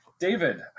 David